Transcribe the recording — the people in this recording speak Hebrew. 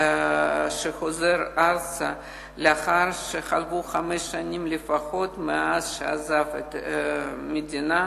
שחוזר ארצה לאחר שחלפו חמש שנים לפחות מאז שעזב את המדינה,